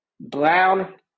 Brown